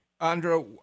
Andra